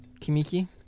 Kimiki